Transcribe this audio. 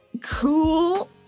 cool